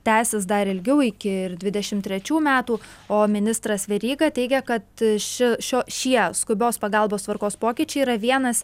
tęsis dar ilgiau iki ir dvidešim trečių metų o ministras veryga teigia kad ši šio šie skubios pagalbos tvarkos pokyčiai yra vienas